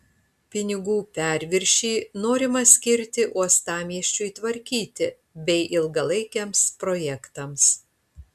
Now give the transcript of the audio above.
pinigų perviršį norima skirti uostamiesčiui tvarkyti bei ilgalaikiams projektams